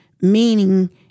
meaning